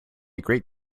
great